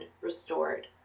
restored